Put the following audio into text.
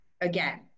Again